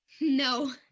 No